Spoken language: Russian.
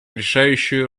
решающую